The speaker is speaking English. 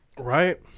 Right